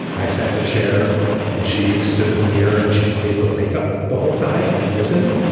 i sat in a chair and she stood at the mirror and she played with makeup the whole time and listened.